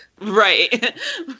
right